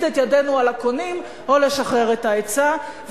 את ידנו על הקונים או לשחרר את ההיצע.